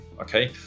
okay